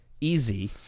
Easy